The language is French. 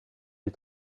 des